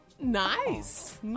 Nice